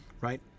right